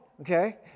okay